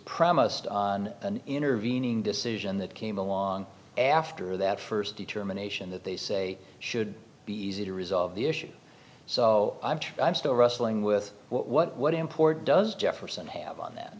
premised on an intervening decision that came along after that first determination that they say should be easy to resolve the issue so i'm still wrestling with what import does jefferson have on